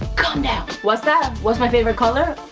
calm down. what's that, what's my favorite color?